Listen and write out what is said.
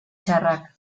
txarrak